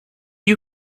you